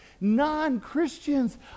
Non-Christians